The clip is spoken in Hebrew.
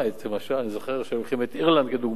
למשל, אני זוכר שהיו לוקחים את אירלנד כדוגמה,